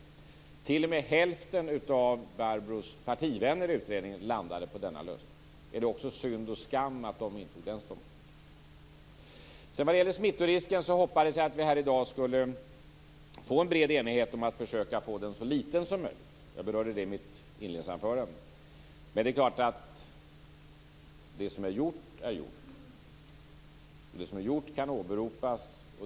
T.o.m. hälften av Barbro Hietala Nordlunds partivänner landade på denna lösning. Är det synd och skam att också de intog den ståndpunkten? Sedan gäller det smittorisken. Jag hade hoppats att vi här i dag skulle kunna få en bred enighet om att försöka få denna så liten som möjligt. Jag berörde det i mitt inledningsanförande. Men det är klart att det som är gjort är gjort. Det kan också åberopas.